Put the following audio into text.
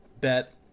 bet